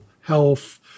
health